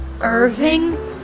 Irving